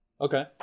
Okay